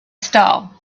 style